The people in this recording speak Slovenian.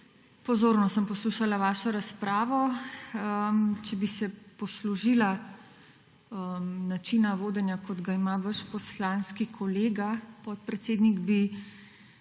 pozorno sem poslušala vašo razpravo. Če bi se poslužila načina vodenja, kot ga ima vaš poslanski kolega, podpredsednik, bi